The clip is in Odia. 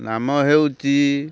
ନାମ ହେଉଛି